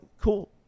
cool